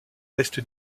reste